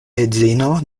edzino